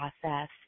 process